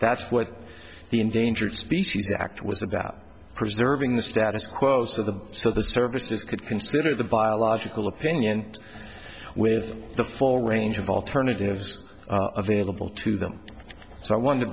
that's what the endangered species act was about preserving the status quo so the so the services could consider the biological opinion with the full range of alternatives available to them so i want to